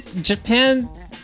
Japan